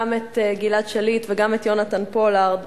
גם את גלעד שליט וגם את יונתן פולארד,